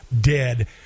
dead